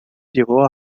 llevó